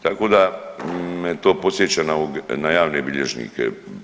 Tako da me to podsjeća na javne bilježnike.